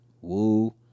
Woo